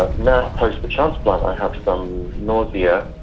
um now post the transplant i have some nausea,